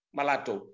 Malato